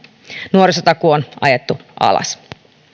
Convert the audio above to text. nuorisotakuu on ajettu alas